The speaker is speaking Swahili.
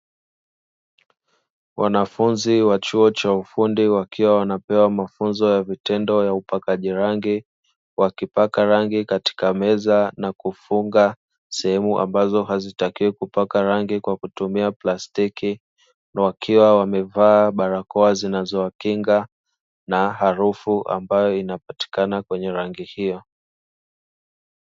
Wanafunzi wa chuo cha ufundi wakiwa wanapewa mafunzo ya vitendo ya upakaji rangi, wakipaka rangi katika meza na kufunga sehemu ambazo hazitakiwi kupaka rangi kwa kutumia plastiki, na wakiwa wamevaa barakoa zinazowakinga na harufu ambayo inapatikana kwenye rangi hiyo.